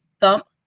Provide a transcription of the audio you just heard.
Thump